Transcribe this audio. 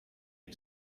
you